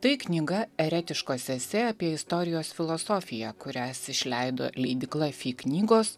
tai knyga eretiškos esė apie istorijos filosofiją kurias išleido leidykla fy knygos